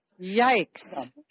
yikes